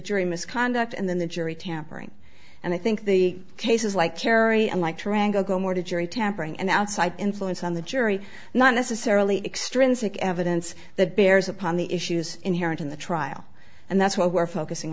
jury misconduct and then the jury tampering and i think the cases like carrie and like triangle go more to jury tampering and the outside influence on the jury not necessarily extrinsic evidence that bears upon the issues inherent in the trial and that's what we're focusing